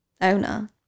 owner